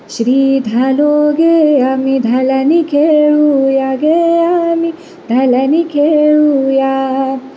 श्री धालो गे आमी धालांनी खेळुया गे आमी धालांनी खेळुया